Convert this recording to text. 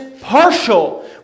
partial